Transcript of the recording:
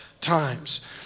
times